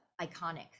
iconic